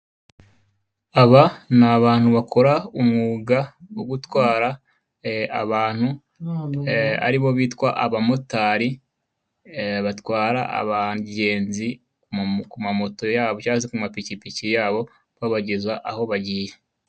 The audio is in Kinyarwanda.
Aba ni abantu bakora umwuga wo gutwara abantu aribo bitwa abamotari, batwara abagenzi ku mamoto yabo cyangwa se ku mapikipiki yabo babageza aho bagiye.